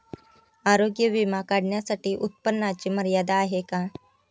आरोग्य विमा काढण्यासाठी उत्पन्नाची मर्यादा आहे का?